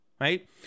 Right